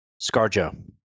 Scarjo